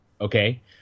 okay